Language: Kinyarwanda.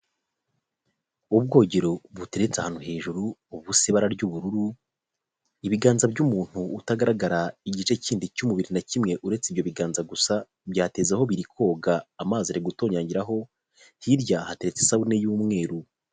Ubwogero buteretse ahantu hejuru, busa ibara ry'ubururu, ibiganza by'umuntu utagaragara igice kindi cy'umubiri na kimwe uretse ibyo biganza gusa, byatezeho, biri koga, amazi ari gutonyangiraho, hirya hateretse isabune y'umweru.